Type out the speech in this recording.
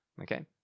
okay